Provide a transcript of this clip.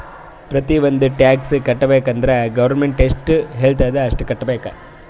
ಪ್ರತಿ ಒಂದ್ ಟ್ಯಾಕ್ಸ್ ಕಟ್ಟಬೇಕ್ ಅಂದುರ್ ಗೌರ್ಮೆಂಟ್ ಎಷ್ಟ ಹೆಳ್ತುದ್ ಅಷ್ಟು ಕಟ್ಟಬೇಕ್